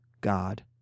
God